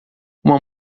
uma